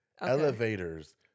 elevators